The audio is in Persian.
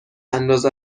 انداز